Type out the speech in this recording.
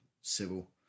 civil